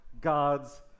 god's